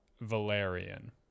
Valerian